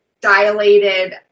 dilated